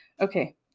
okay